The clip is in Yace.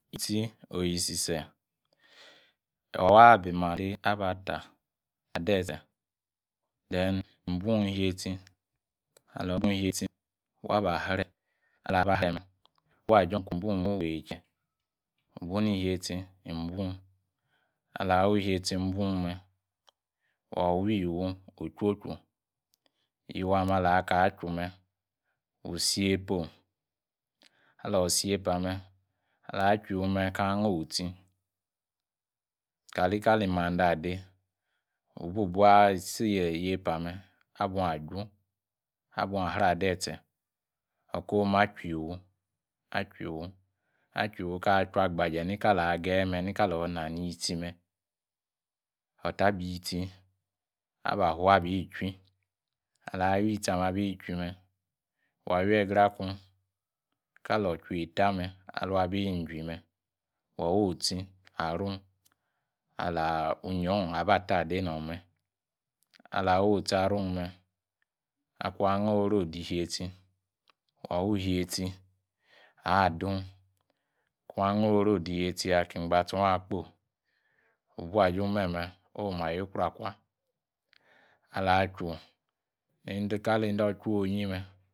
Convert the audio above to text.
. Oyisise wababi mande aba-tah adetse then wubon iyetsi aluwmbon iyetsiwa ba sre awabasre wubua jon kon bon wey kie wubon iyetsi ibon, alahwubon me, wa we yiwu-ochochuyiwu ame’ alaka chu me‘ wusi yapome alasipame alah yiwu kaa’ ngotsi kalikali mande ade wububuawa isi iyepa ame abone aju, abone asre adeise akwu machu-yiwu, achu-yiwu konagbaje nikali wagayeme, nikalor ina nyitsime’ alta beyitsi abafu abi’ chuwi alor wi yisi, wa wu yegra akun kali ochwa eta me’. Alwabi jui me wa woh otsi ali unnyiown aba ta adenome alah wotsi arunme, kwon angoor korul wa wu iyetsi awa doon. Kun angoor koruya odi iyetsi ya wu buajun meme’ wayuoma’yi ukuro akwah akia chu kali yende akpo onyi me’